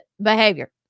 behavior